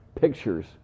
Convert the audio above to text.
pictures